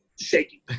shaking